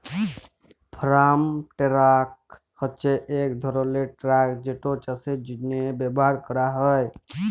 farm tractor হছে ইক ধরলের টেরাক যেট চাষের জ্যনহে ব্যাভার ক্যরা হয়